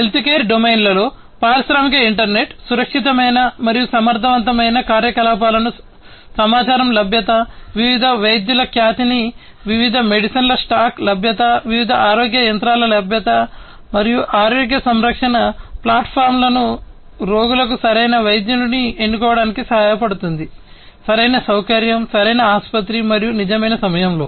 healthcare డొమైన్లో పారిశ్రామిక internet సురక్షితమైన మరియు సమర్థవంతమైన సరైన ఆసుపత్రి మరియు నిజ సమయంలో